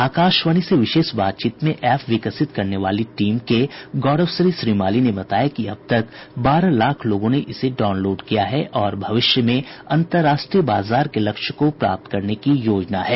आकाशवाणी से विशेष बातचीत में एप विकसित करने वाली टीम के गौरवश्री श्रीमाली ने बताया कि अब तक बारह लाख लोगों ने इसे डाउनलोड किया है और भविष्य में अंतर्राष्ट्रीय बाजार के लक्ष्य को प्राप्त करने की योजना है